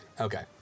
okay